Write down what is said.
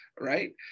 right